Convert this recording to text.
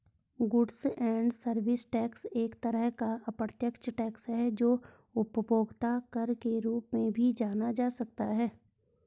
goods and service tax एक तरह का अप्रत्यक्ष टैक्स है जो उपभोक्ता कर के रूप में भी जाना जा सकता है